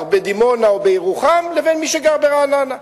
בדימונה או בירוחם לבין מי שגר ברעננה.